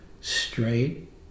straight